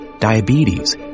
diabetes